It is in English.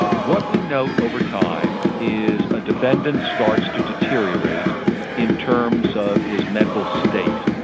what we note over time is a defendant starts to deteriorate in terms of his mental state.